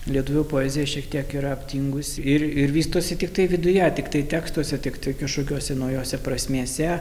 lietuvių poezijoje šiek tiek yra aptingusi ir ir vystosi tiktai viduje tiktai tekstuose tiktai kažkokiose naujose prasmėse